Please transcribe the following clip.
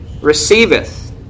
receiveth